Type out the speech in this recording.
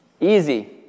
Easy